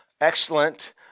Excellent